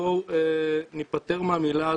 בואו ניפטר מהמילה הזאת.